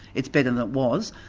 it's better than it was,